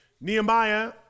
Nehemiah